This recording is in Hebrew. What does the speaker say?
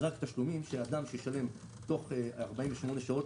אדם שישלם את הקנס תוך 48 שעות,